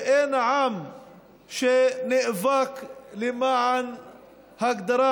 ואין עם שנאבק למען הגדרה